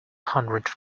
hundredth